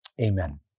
amen